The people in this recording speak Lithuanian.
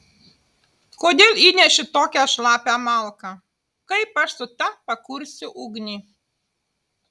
kodėl įneši tokią šlapią malką kaip aš su ta pakursiu ugnį